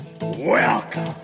Welcome